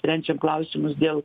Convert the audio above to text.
sprendžiam klausimus dėl